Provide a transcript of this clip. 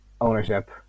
ownership